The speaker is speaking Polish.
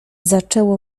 zaczęło